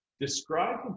describe